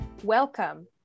welcome